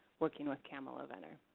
working with kamilla venner.